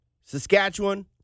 Saskatchewan